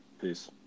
peace